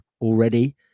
already